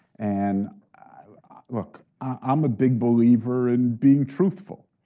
and look, i'm a big believer in being truthful,